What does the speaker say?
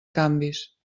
canvis